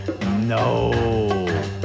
No